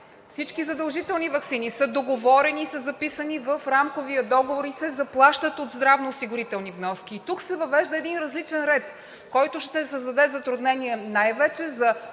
Всички задължителни ваксини са договорени и са записани в Рамковия договор и се заплащат от здравноосигурителни вноски. И тук се въвежда един различен ред, който ще създаде затруднения най-вече за